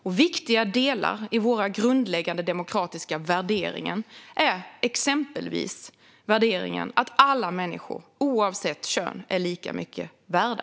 En viktig del av våra grundläggande demokratiska värderingar är exempelvis att alla människor oavsett kön är lika mycket värda.